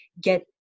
get